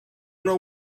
know